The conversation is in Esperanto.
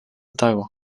tago